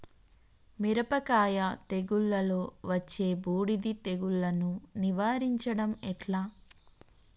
మిరపకాయ తెగుళ్లలో వచ్చే బూడిది తెగుళ్లను నివారించడం ఎట్లా?